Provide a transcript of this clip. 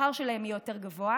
השכר שלהן יהיה יותר גבוה,